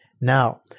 Now